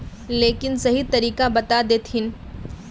लेकिन सही तरीका बता देतहिन?